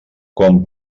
quan